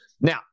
Now